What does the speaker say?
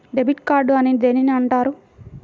Debit card అని దేనిని అంటారు?